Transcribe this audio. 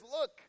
look